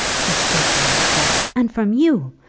disgracing myself and from you?